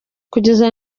kugeza